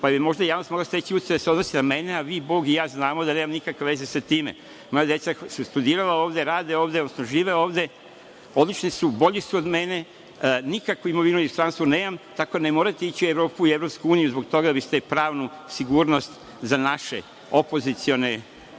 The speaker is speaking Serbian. pa bi možda javnost mogla steći utisak da se odnosi na mene, a vi, Bog i ja znamo da nemam nikakve veze sa time. Moja deca su studirala ovde, rade ovde, žive ovde, odlični su i bolji su od mene. Nikakvu imovinu u inostranstvu nemam, tako da ne morate ići u Evropu i EU zbog toga da biste pravnu sigurnost za naše opozicione